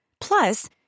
Plus